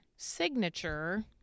signature